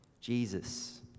Jesus